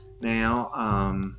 now